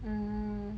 mm